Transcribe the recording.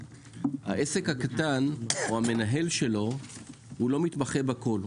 העסק הקטן או המנהל שלו הוא לא מתמחה בכול.